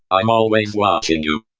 i'm always watching you.